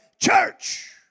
church